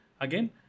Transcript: again